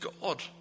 God